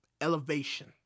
elevation